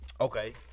okay